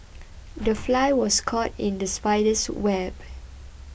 the fly was caught in the spider's web